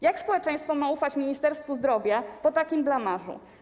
Jak społeczeństwo ma ufać Ministerstwu Zdrowia po takim blamażu?